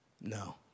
No